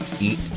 eat